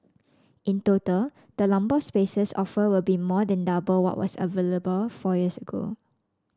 in total the number of spaces offered will be more than double what was available four years ago